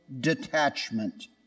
detachment